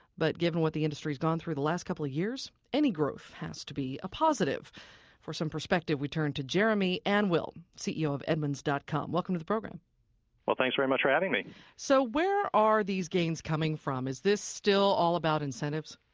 but given what the industry's gone through the last couple of years, any growth has to be a positive for some perspective we turn to jeremy anwyl, ceo of edmunds dot com. welcome to the program well, thanks very much for having me so where are these gains coming from? is this still all about incentives?